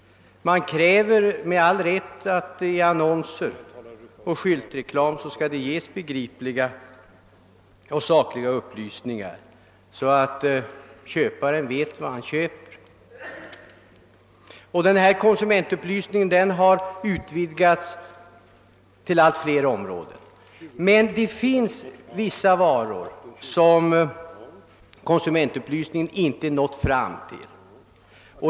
Det krävs — med all rätt — att man i annonser och skyltreklam skall ge begripliga och sakliga upplysningar, så att köparen vet vad han köper. Denna konsumentupplysning har utvidgats till allt fler områden. Men det finns vissa varor som konsumentupplysningen inte nått fram till.